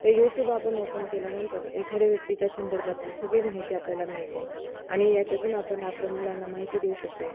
तर यूट्यूब आपण ओपन केल्यानंतर एखाद्या व्यक्तीच्या संदर्भातील सगळी माहिती आपल्याला मिळते आणि याच्यातून आपण आपल्या मुलांना माहिती देऊ शकतो